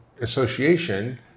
association